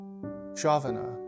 Javana